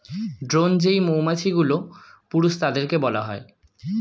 drone যেই মৌমাছিগুলো, পুরুষ তাদেরকে বলা হয়